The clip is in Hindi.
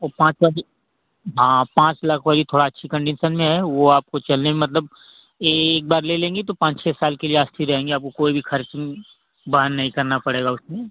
वह पाँच वाली हाँ पाँच लाख वाली थोड़ा अच्छी कंडीसन में है वह आपको चलने में मतलब एक बार ले लेंगी तो पाँच छः साल के लिए आस फी रहेंगी आपको कोई भी ख़र्च बहेन नहीं करना पड़ेगा उसमें